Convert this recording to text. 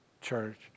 church